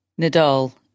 Nadal